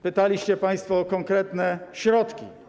Pytaliście państwo o konkretne środki.